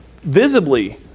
visibly